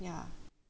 ya